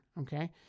okay